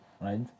right